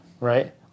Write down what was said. Right